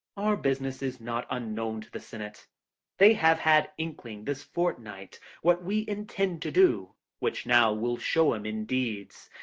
our business is not unknown to the senate they have had inkling this fortnight what we intend to do, which now we'll show em in deeds.